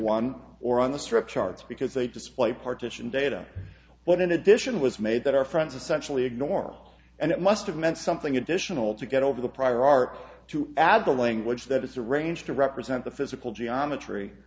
one or on the strip charts because they display partition data but in addition was made that our friends essentially ignore and it must have meant something additional to get over the prior art to add the language that is arranged to represent the physical geometry